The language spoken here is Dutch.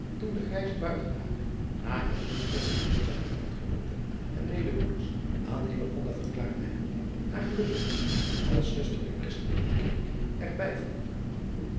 toen de grijze buitenhagen na het gunstig gevoelen zijner ambtgenooten en medebroeders aan hillegonda verklaard te hebben haar geluk wenschte als zuster der christelijke kerk er